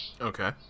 Okay